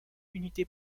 unité